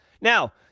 Now